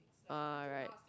ah right